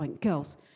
girls